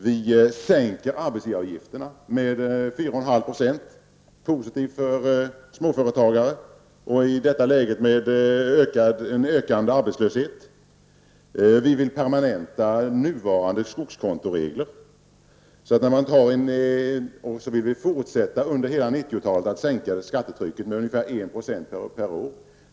Vi sänker arbetsgivaravgifterna med 4,5 %, vilket är positivt för småföretagare och positivt i ett läge med ökande arbetslöshet. Vi vill också permanenta nuvarande skogskontoregler. Dessutom vill vi under hela 1990 talet fortsätta att sänka skattetrycket med ungefär 1 % per år.